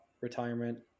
retirement